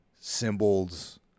symbols